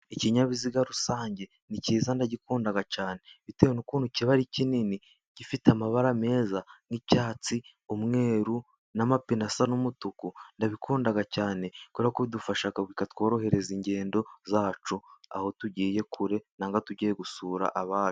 Ikinyabiziga rusange ni cyiza ndagikunda cyane, bitewe n'ukuntu kiba ari kinini gifite amabara meza nk'icyatsi, umweru n'amapine asa n'umutuku, ndagikunda cyane kubera ko kidufasha kikatworohereza ingendo zacu, aho tugiye kure cyangwa tugiye gusura abacu.